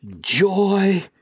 Joy